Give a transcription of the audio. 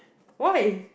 why